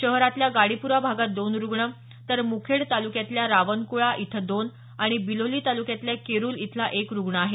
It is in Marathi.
शहरातल्या गाडीपुरा भागात दोन रुग्ण तर मुखेड तालुक्यातल्या रावनकुळा इथं दोन आणि बिलोली तालुक्यातल्या केरूल इथला एक रूग्ण आहे